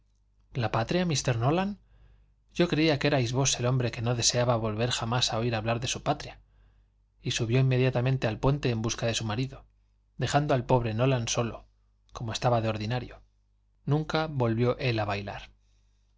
la patria mr nolan yo creía que erais vos el hombre que no deseaba volver jamás a oír hablar de su patria y subió inmediatamente al puente en busca de su marido dejando al pobre nolan solo como estaba de ordinario nunca volvió él a bailar